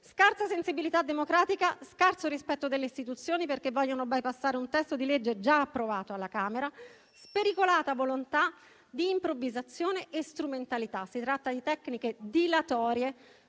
scarsa sensibilità democratica e scarso rispetto delle istituzioni, perché vogliono bypassare un testo di legge già approvato alla Camera, spericolata volontà di improvvisazione e strumentalità. Si tratta di tecniche dilatorie.